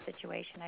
situation